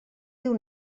diu